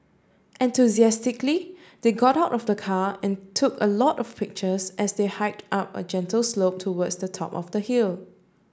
enthusiastically they got out of the car and took a lot of pictures as they hiked up a gentle slope towards the top of the hill